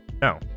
No